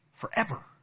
forever